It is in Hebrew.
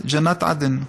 ג'נת, ג'נת עדן.